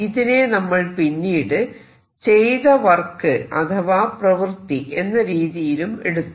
ഇതിനെ നമ്മൾ പിന്നീട് ചെയ്ത വർക്ക് അഥവാ പ്രവൃത്തി എന്ന രീതിയിലും എടുത്തു